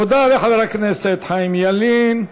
תודה לחבר הכנסת חיים ילין.